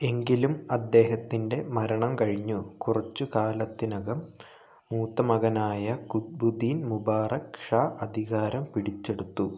എങ്കിലും അദ്ദേഹത്തിൻ്റെ മരണം കഴിഞ്ഞു കുറച്ചുകാലത്തിനകം മൂത്ത മകനായ ഖുദ്ബുദ്ദീൻ മുബാറക് ഷാ അധികാരം പിടിച്ചെടുത്തു